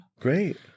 Great